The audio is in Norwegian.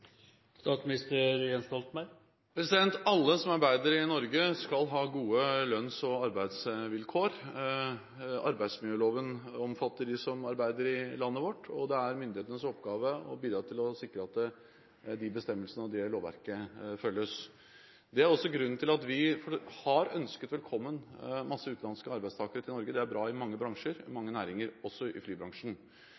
Alle som arbeider i Norge, skal ha gode lønns- og arbeidsvilkår. Arbeidsmiljøloven omfatter dem som arbeider i landet vårt, og det er myndighetenes oppgave å bidra til å sikre at bestemmelsene og lovverket følges. Det er grunnen til at vi har ønsket velkommen masse utenlandske arbeidstakere til Norge. Det er bra i mange bransjer